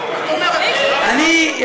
מי שמכם אתם?